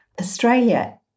Australia